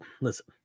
Listen